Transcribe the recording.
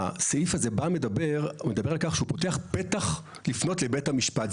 הסעיף הזה בא ומדבר על כך שהוא פותח פתח לפנות לבית המשפט.